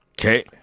Okay